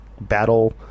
battle